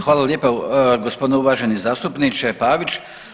Hvala lijepa gospodine uvaženi zastupniče Pavić.